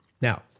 Now